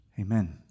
Amen